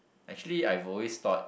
actually I've always thought